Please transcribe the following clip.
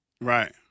Right